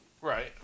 Right